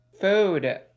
Food